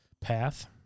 path